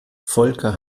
volker